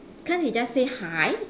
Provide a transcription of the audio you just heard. can't he just say hi